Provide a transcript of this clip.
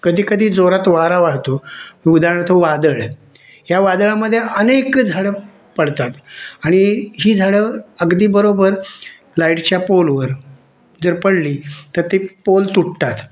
कधी कधी जोरात वारा वाहतो उदाहरणार्थ वादळ या वादळामध्ये अनेक झाडं पडतात आणि ही झाडं अगदी बरोबर लाईटच्या पोलवर जर पडली तर ती पोल तुटतात